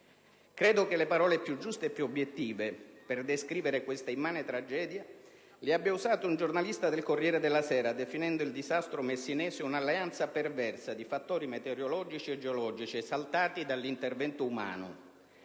Credo che le parole più giuste e più obiettive per descrivere questa immane tragedia le abbia usate un giornalista del «Corriere della Sera», definendo il disastro messinese: «Una alleanza perversa di fattori meteorologici e geologici esaltati dall'intervento umano».